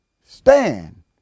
stand